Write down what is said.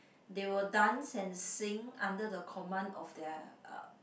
they will dance and sing under the command of their uh